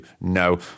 no